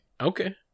Okay